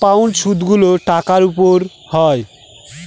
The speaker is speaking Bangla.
কম্পাউন্ড সুদগুলো টাকার উপর হয়